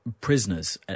prisoners